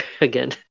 again